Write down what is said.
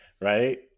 right